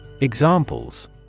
Examples